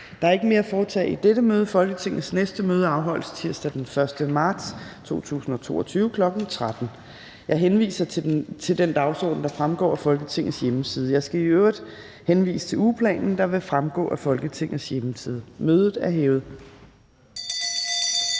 Der er ikke mere at foretage i dette møde. Folketingets næste møde afholdes tirsdag den 1. marts 2022, kl. 13.00. Jeg henviser til den dagsorden, der fremgår af Folketingets hjemmeside. Jeg skal i øvrigt henvise til ugeplanen, der også vil fremgå af Folketingets hjemmeside. Mødet er hævet.